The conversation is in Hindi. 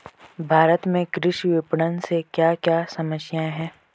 भारत में कृषि विपणन से क्या क्या समस्या हैं?